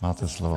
Máte slovo.